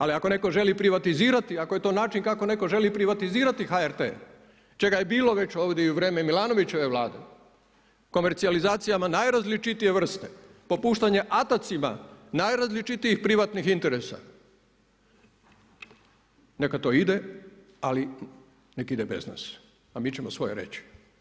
Ali ako netko želi privatizirati, ako je to način kako netko želi privatizirati HRT čega je bilo već ovdje i u vrijem Milanovićeve Vlade, komercijalizacijama najrazličitije vrste, popuštanja atacima najrazličitijih privatnih interesa neka to ide ali neka ide bez nas a mi ćemo svoje reći.